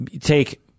Take